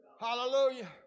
Hallelujah